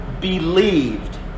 believed